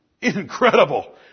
Incredible